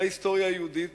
זה ההיסטוריה היהודית.